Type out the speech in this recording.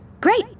Great